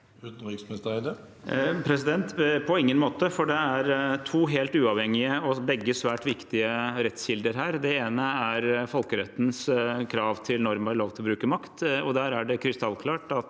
Utenriksminister Espen Barth Eide På ingen måte, for det er to helt uavhengige og begge svært viktige rettskilder her. Den ene er folkerettens krav til norm og lov til å bruke makt, og der er det krystallklart at